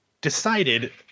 decided